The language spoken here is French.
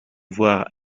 voir